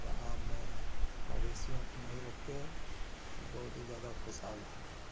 तनाव में मवेशियों को नहीं रख के आज बहुत हीं ज्यादा खुशहाल हैं